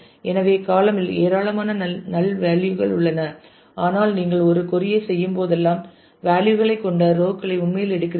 எனவே காளம் இல் ஏராளமான நள் வேலியூ கள் உள்ளன ஆனால் நீங்கள் ஒரு கொறி ஐ செய்யும்போதெல்லாம் வேலியூ களைக் கொண்ட ரோ களை உண்மையில் எடுக்கிறீர்கள்